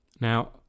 Now